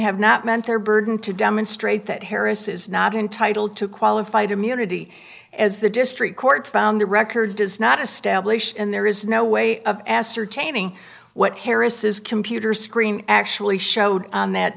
have not met their burden to demonstrate that harris is not entitled to qualified immunity as the district court found the record does not establish and there is no way of ascertaining what harris's computer screen actually showed that